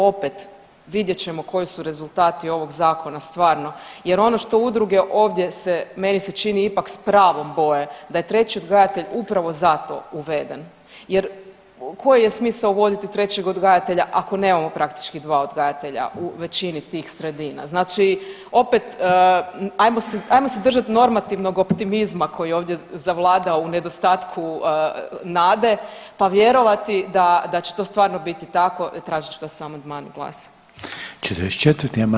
Opet vidjet ćemo koji su rezultati ovog zakona stvarno jer ono što udruge ovdje se meni se čini ipak s pravom boje da je treći odgajatelj upravo zato uveden jer koji je smisao uvoditi trećeg odgajatelja ako nemamo praktički dva odgajatelja u većini tih sredina, znači opet, ajmo se, ajmo se držat normativnog optimizma koji je ovdje zavladao u nedostatku nade, pa vjerovati da, da će to stvarno biti tako i tražit ću da se o amandmanu glasa.